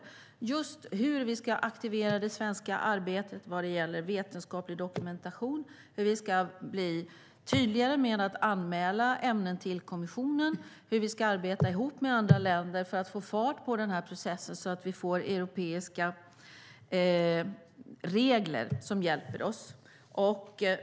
Det handlar om hur vi ska aktivera det svenska arbetet vad gäller vetenskaplig dokumentation, hur vi ska bli tydligare med att anmäla ämnen till kommissionen och hur vi ska arbeta ihop med andra länder för att få fart på processen, så att vi får europeiska regler som hjälper oss.